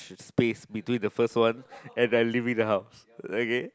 space between the first one and the living the house okay